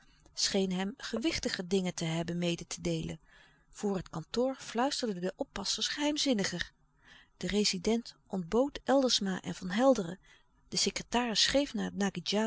scheen hem gewichtiger dingen te hebben mede te deelen voor het kantoor fluisterden de oppassers geheimzinniger de rezident ontbood eldersma en van helderen de secretaris schreef